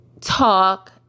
talk